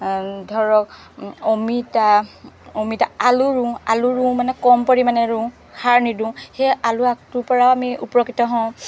ধৰক অমিতা অমিতা আলু ৰুওঁ আলু ৰুওঁ মানে কম পৰিমাণে ৰুওঁ সাৰ নিদোঁ সেই আলু আগটোৰ পৰাও আমি উপকৃত হওঁ